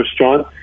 John